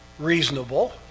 reasonable